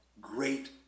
great